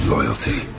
Loyalty